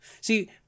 See